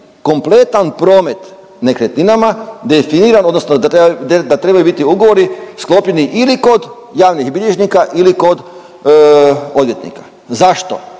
kompletan promet nekretninama definiran odnosno da trebaju biti ugovori sklopljeni ili kod javnih bilježnika ili kod odvjetnika. Zašto?